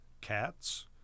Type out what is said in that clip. Cats